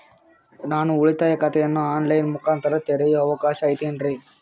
ನಾನು ಉಳಿತಾಯ ಖಾತೆಯನ್ನು ಆನ್ ಲೈನ್ ಮುಖಾಂತರ ತೆರಿಯೋ ಅವಕಾಶ ಐತೇನ್ರಿ?